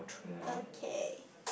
okay